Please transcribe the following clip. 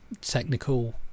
technical